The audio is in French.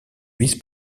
vice